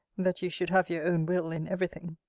that you should have your own will in every thing.